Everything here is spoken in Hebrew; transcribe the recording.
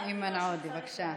איימן עודה, בבקשה.